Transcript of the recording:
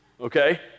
okay